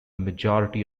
majority